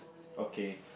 okay